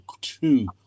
two